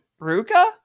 Ruka